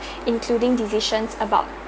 including decisions about